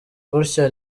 gutya